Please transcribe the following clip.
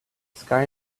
sky